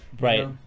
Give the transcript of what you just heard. Right